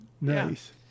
Nice